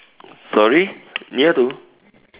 sorry near to